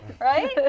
Right